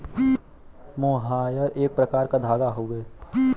मोहायर एक प्रकार क धागा हउवे